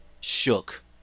Shook